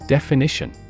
Definition